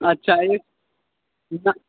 अच्छा ई नहि